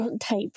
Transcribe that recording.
type